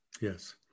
Yes